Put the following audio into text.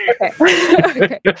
Okay